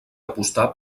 apostar